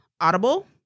Audible